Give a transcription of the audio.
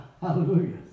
Hallelujah